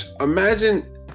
imagine